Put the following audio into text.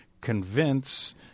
convince